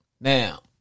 Now